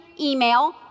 email